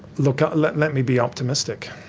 look, ah let let me be optimistic.